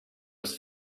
was